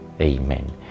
Amen